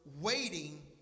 waiting